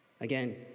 Again